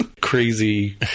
crazy